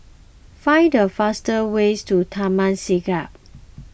find the fastest way to Taman Siglap